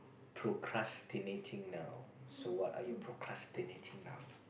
procrastinating now so what are you procrastinating now